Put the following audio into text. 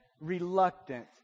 reluctant